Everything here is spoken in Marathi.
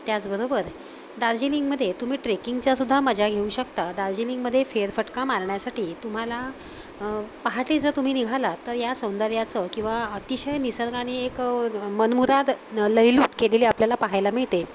त्याचबरोबर दार्जिलिंगमध्ये तुम्ही ट्रेकिंगच्यासुद्धा मजा घेऊ शकता दार्जिलिंगमध्ये फेरफटका मारण्यासाठी तुम्हाला पहाटे जर तुम्ही निघाला तर या सौंदर्याचं किंवा अतिशय निसर्गाने एक मनमुराद लयलूट केलेली आपल्याला पाहायला मिळते